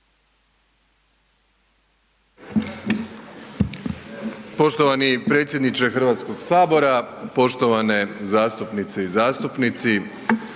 Poštovani predsjedniče Hrvatskog sabora, poštovane zastupnice i zastupnici,